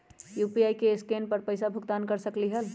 UPI से scan कर पईसा भुगतान कर सकलीहल?